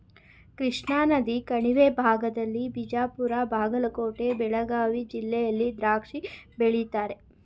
ಕೃಷ್ಣಾನದಿ ಕಣಿವೆ ಭಾಗದಲ್ಲಿ ಬಿಜಾಪುರ ಬಾಗಲಕೋಟೆ ಬೆಳಗಾವಿ ಜಿಲ್ಲೆಯಲ್ಲಿ ದ್ರಾಕ್ಷಿ ಬೆಳೀತಾರೆ